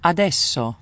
Adesso